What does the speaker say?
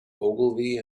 ogilvy